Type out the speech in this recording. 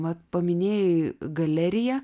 vat paminėjai galeriją